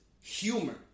humor